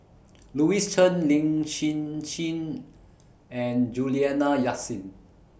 Louis Chen Lin Hsin Hsin and Juliana Yasin